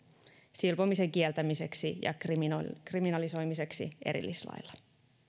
silpomisen kieltämiseksi ja kriminalisoimiseksi erillislailla